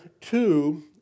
two